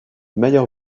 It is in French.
meilleur